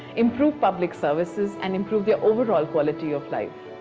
improve public services, and improve their overall quality of life.